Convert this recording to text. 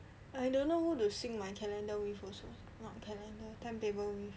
I don't know how to sync my calendar with also not timetable with